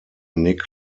nick